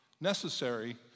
necessary